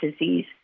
disease